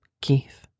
Keith